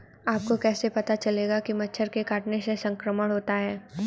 आपको कैसे पता चलेगा कि मच्छर के काटने से संक्रमण होता है?